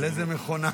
איזו מכונה?